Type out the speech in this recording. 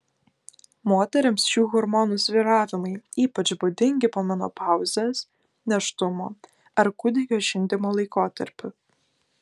moterims šių hormonų svyravimai ypač būdingi po menopauzės nėštumo ar kūdikio žindymo laikotarpiu